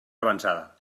avançada